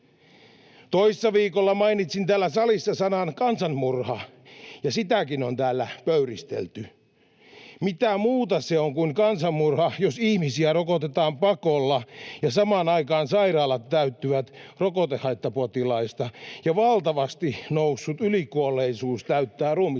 Toissa viikolla mainitsin täällä salissa sanan ”kansanmurha”, ja sitäkin on täällä pöyristelty. Mitä muuta se on kuin kansanmurha, jos ihmisiä rokotetaan pakolla ja samaan aikaan sairaalat täyttyvät rokotehaittapotilaista ja valtavasti noussut ylikuolleisuus täyttää ruumishuoneet?